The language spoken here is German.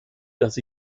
dass